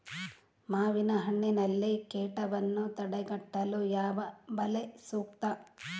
ಮಾವಿನಹಣ್ಣಿನಲ್ಲಿ ಕೇಟವನ್ನು ತಡೆಗಟ್ಟಲು ಯಾವ ಬಲೆ ಸೂಕ್ತ?